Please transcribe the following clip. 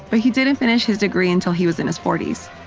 but he didn't finish his degree until he was in his forty s.